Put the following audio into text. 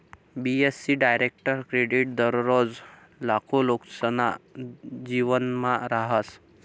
बी.ए.सी direct credit दररोज लाखो लोकेसना जीवनमा रहास